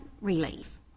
relief